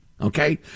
okay